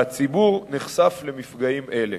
והציבור נחשף למפגעים אלה.